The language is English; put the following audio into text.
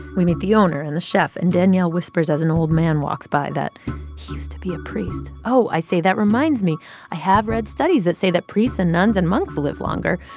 we meet the owner and the chef, and daniel whispers as an old man walks by that he used to be a priest. oh, i say, that reminds me i have read studies that say that priests and nuns and monks live longer,